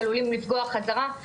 עלולים לפגוע חזרה.